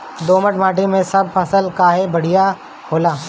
दोमट माटी मै सब फसल काहे बढ़िया होला?